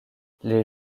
les